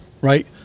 right